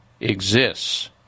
exists